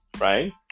right